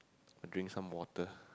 drink some water